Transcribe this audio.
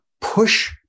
push